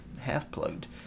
half-plugged